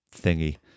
thingy